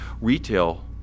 retail